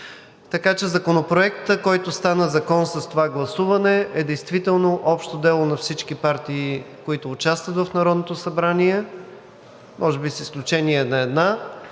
полезно. Законопроектът, който с това гласуване стана Закон, е действително общо дело на всички партии, които участват в Народното събрание, може би с изключение на една.